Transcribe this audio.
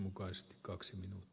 arvoisa puhemies